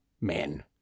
men